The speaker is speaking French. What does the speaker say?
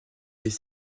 des